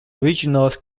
regional